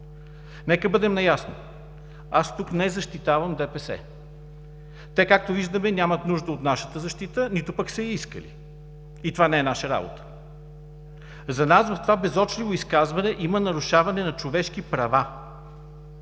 Нека бъдем наясно, аз тук не защитавам ДПС. Те, както виждаме, нямат нужда от нашата защита, нито пък са я искали, и това не е наша работа. За нас в това безочливо изказване има нарушаване на човешки права.